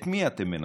את מי אתם מנצחים,